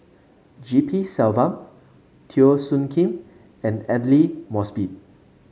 G P Selvam Teo Soon Kim and Aidli Mosbit